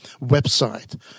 website